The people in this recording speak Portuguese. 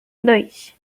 dois